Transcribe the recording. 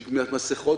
של מסכות,